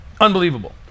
Unbelievable